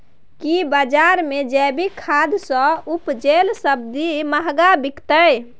की बजार मे जैविक खाद सॅ उपजेल सब्जी महंगा बिकतै?